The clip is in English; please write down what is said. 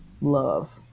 love